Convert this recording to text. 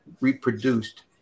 reproduced